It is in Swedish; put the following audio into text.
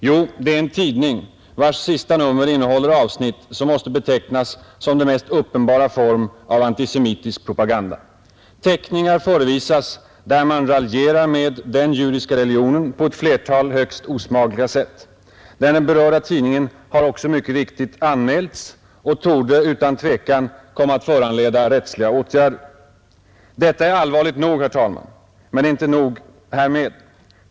Jo, det är en tidning, vars sista nummer innehåller avsnitt som måste betecknas som den mest uppenbara form av antisemitisk propaganda. Teckningar förevisas där man raljerar med den judiska religionen på ett flertal högst osmakliga sätt. Den berörda tidningen har också mycket riktigt anmälts och det torde utan tvekan komma att föranleda rättsliga åtgärder. Detta är allvarligt nog, herr talman, men det är inte nog härmed.